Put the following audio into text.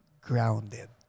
grounded